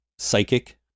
psychic